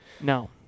No